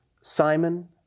Simon